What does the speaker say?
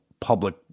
public